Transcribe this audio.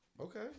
Okay